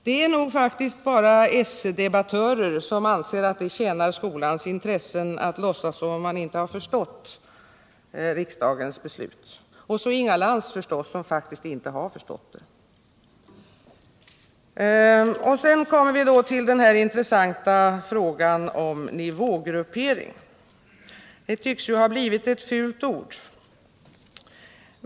Det är nog bara sdebattörer som anser att det tjänar skolans intressen att låtsas som om man inte har förstått riksdagens beslut — och då är det Inga Lantz förstås, som faktiskt inte har förstått det. Så kommer vi till den intressanta frågan om nivågruppering. Det tycks ha blivit ett fult ord.